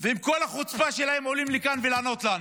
ועם כל החוצפה שלהם עולים לכאן לענות לנו,